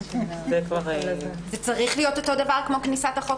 זה צריך להיות אותו דבר כמו כניסת החוק